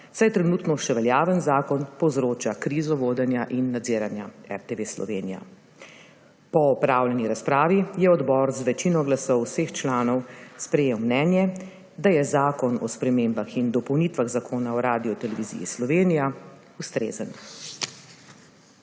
saj trenutno še veljaven zakon povzroča krizo vodenja in nadziranja RTV Slovenija. Po opravljeni razpravi je odbor z večino glasov vseh članov sprejel mnenje, da je Zakon o spremembah in dopolnitvah Zakona o Radioteleviziji Slovenija ustrezen.